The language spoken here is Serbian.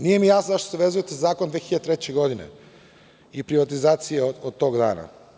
Nije mi jasno zašto se vezujete za zakon 2003. godine i privatizacije od tog dana.